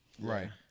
right